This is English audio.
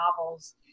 novels